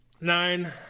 Nine